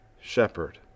shepherd